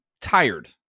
tired